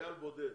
חייל בודד